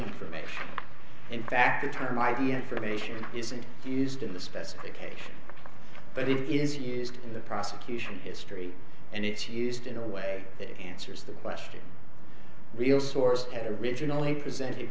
information in fact a time might be information isn't used in the specification but it is used in the prosecution history and it's used in a way that answers the question real source had originally presented